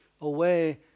away